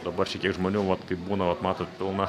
dabar čia tiek žmonių vat kaip būna vat matot pilna